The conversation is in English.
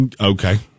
Okay